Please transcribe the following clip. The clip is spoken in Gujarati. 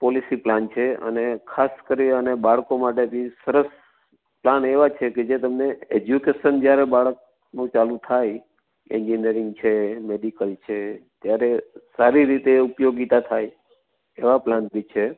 પોલિસી પ્લાન છે અને ખાસ કરી બાળકો માટે બી સરસ પ્લાન એવાં છે કે જે તમને એજ્યુકેશન જ્યારે બાળકનું ચાલુ થાય એન્જિનિયરિંગ છે મેડિકલ છે કે ત્યારે સારી રીતે ઉપયોગિતા થાય એવા પ્લાન બી છે